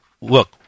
look